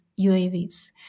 UAVs